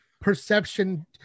perception